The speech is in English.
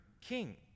king